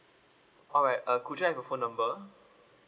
alright uh could I have your phone number